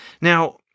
Now